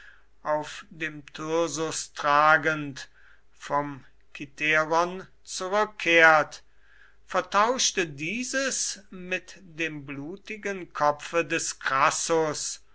auf dem thyrsus tragend vom kithäron zurückkehrt vertauschte dieses mit dem blutigen kopfe des crassus